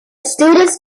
students